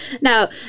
Now